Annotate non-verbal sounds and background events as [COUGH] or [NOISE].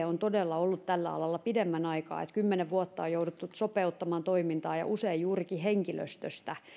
[UNINTELLIGIBLE] on todella ollut resurssivaje pidemmän aikaa kymmenen vuotta on jouduttu sopeuttamaan toimintaa ja usein juurikin henkilöstöstä